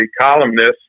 columnist